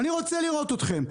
אני רוצה לראות אתכם.